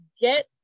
get